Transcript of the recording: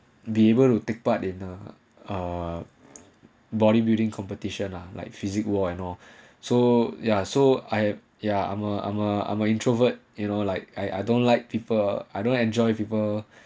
be able to take part in uh bodybuilding competition lah like physic war and all so ya so I yeah I'm a I'm a I'm a introvert you know like I I don't like people I don't enjoy people